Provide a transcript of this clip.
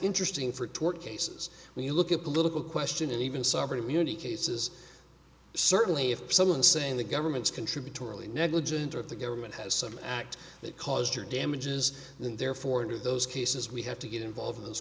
interesting for tort cases when you look at political question and even sovereign immunity cases certainly if someone saying the government's contributory negligence of the government has some act that caused your damages then therefore to those cases we have to get involved in those